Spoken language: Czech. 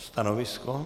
Stanovisko?